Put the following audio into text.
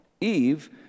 Eve